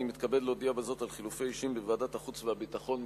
אני מתכבד להודיע בזאת על חילופי אישים בוועדת החוץ והביטחון,